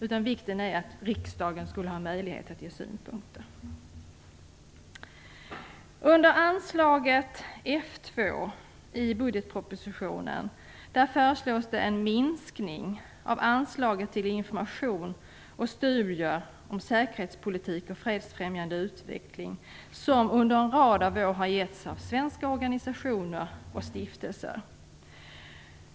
Vikten är att riksdagen ges möjligheter till synpunkter. Under anslaget F 2 i budgetpropositionen föreslås en minskning av anslaget till information och studier om säkerhetspolitik och fredsfrämjande utveckling som under en rad år har getts av svenska organisationer och stiftelser.